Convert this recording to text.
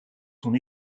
son